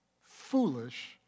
foolish